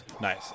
Nice